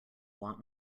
want